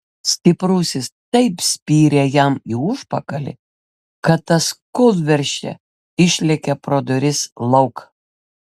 stiprusis taip spyrė jam į užpakalį kad tas kūlversčia išlėkė pro duris lauk